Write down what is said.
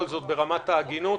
ברמת ההגינות,